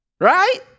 Right